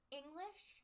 english